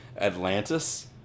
Atlantis